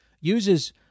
uses